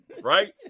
right